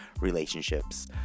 relationships